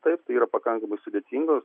taip tai yra pakankamai sudėtingos